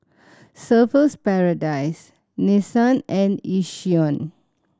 Surfer's Paradise Nissan and Yishion